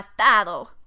matado